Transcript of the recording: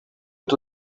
est